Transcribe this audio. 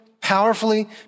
powerfully